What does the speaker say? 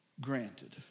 granted